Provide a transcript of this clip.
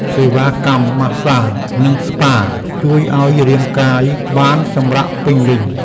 សេវាកម្មម៉ាស្សា និងស្ប៉ា (Spa) ជួយឱ្យរាងកាយបានសម្រាកពេញលេញ។